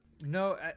No